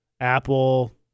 Apple